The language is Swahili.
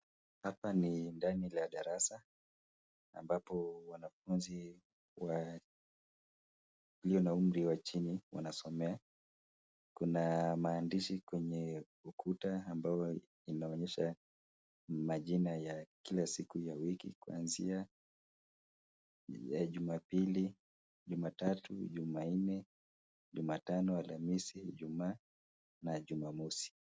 Hapa ni darasa ambapo wanafunzi wa umri wa chini husomea, Kuna maandishi ukutani mwa darasa ambapo inaonyesha majina ya wiki kama vile jumapili ,jumatatu, jumanne, jumatano, alhamisi ,ijumaa na jumamosi.